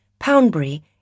Poundbury